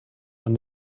ond